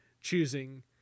choosing